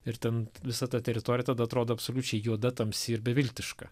ir ten visa ta teritorija tada atrodo absoliučiai juoda tamsi ir beviltiška